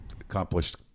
accomplished